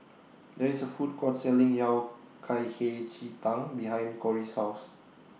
There IS A Food Court Selling Yao Cai Hei Ji Tang behind Kori's House